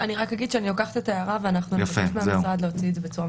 המערכות פשוט לא יודעות איך לקבל את האמורפיה הזאת שבין זרים לישראלים.